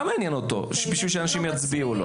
מה מעניין אותו בשביל שאנשים יצביעו לו